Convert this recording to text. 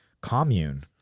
commune